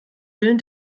willen